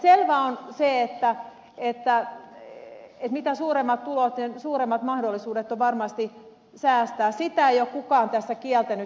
selvää on se että mitä suuremmat tulot sen suuremmat mahdollisuudet on varmasti säästää sitä ei ole kukaan tässä kieltänyt